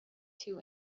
two